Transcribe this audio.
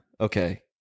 okay